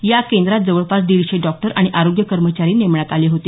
या केंद्रात जवळपास दीडशे डॉक्टर आणि आरोग्य कर्मचारी नेमण्यात आले होते